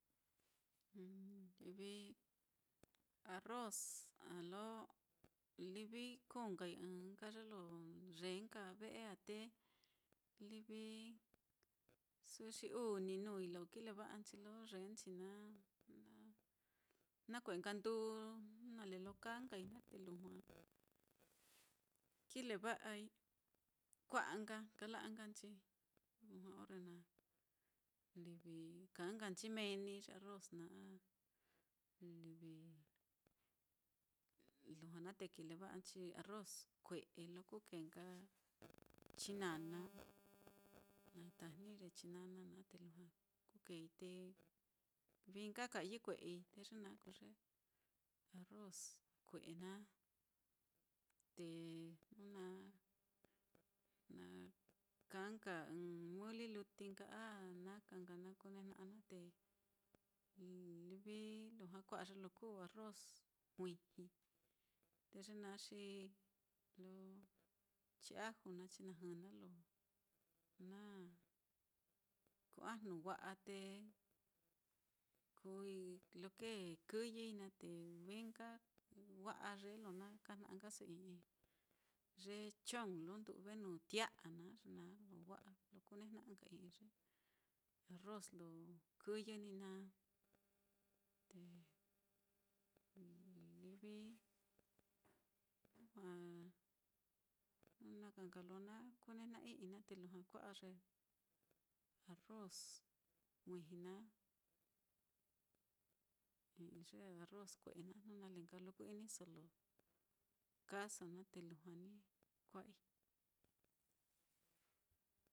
Livi arroz á, lo livi kuu nkai ɨ́ɨ́n nka ye lo yee nka ve'e á, te livi su'u xi uu ní nuui lo kileva'a nchi lo yeenchi naá, nakue'e nka nduu jnu nale lo kaa nkai naá, te lujua kileva'ai, kua'a nka kala'anchi, lujua orre na kaa nkanchi meeni ye arroz naá, livi lujua naá te kileva'anchi, arroz kue'e lo kukee nka chinana, tajni ye chinana naá te lujua kukeei te vií nka kayɨ kue'ei, te ye naá kuu ye arroz kue'e naá. Te jnu na kaa nka ɨ́ɨ́n muli luti nka a naka nka na kune'e jna'a naá, te livi lujua kua'a ye lo kuu arroz juiji, te ye naá xi lo chiaju naá, chinajɨ naá, lo na kuu ajnu wa'a te kuui lo kee kɨyɨi naá, te vií nka, te wa'a yee lo na kajna'aso i'i ye chong, lo ndu've nuu tia'a naá, ye na lo wa'a lo kunejna'a i'i ye arroz lo kɨyɨ ní naá, livi lujua jnu na ka nka lo na kunejna'a i'ii naá, te lujua kua'a ye arroz juiji naá, i'i ye arroz kue'e naá, jnu nale nka lo ku-iniso lo kaaso naá te lujua ní kua'ai.